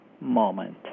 moment